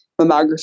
mammography